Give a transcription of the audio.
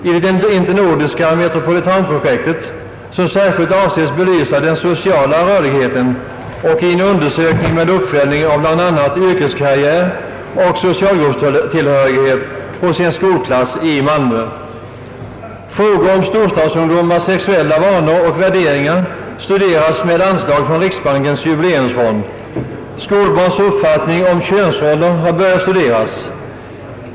Vidare kan nämnas det internordiska Metropolitanprojektet, som särskilt avses belysa den sociala rörligheten, och en undersökning med uppföljning av yrkeskarriär och socialgruppstillhörighet hos en skolklass i Malmö. Storstadsungdomars sexuella vanor och värderingar studeras med anslag från riksbankens jubileumsfond. Skolbarns uppfattning om könsroller har börjat studeras.